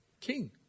king